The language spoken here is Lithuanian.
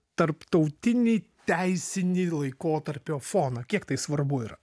tarptautinį teisinį laikotarpio foną kiek tai svarbu yra